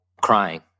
crying